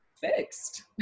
fixed